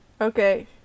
Okay